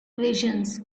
visions